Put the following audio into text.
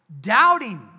doubting